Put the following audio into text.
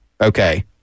okay